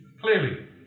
clearly